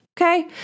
Okay